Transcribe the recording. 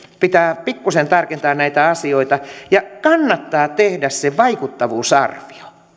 pitää pikkuisen tarkentaa näitä asioita ja kannattaa tehdä se vaikuttavuusarvio